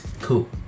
cool